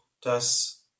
dass